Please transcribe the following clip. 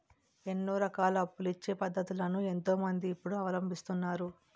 ఎన్నో రకాల అప్పులిచ్చే పద్ధతులను ఎంతో మంది ఇప్పుడు అవలంబిస్తున్నారు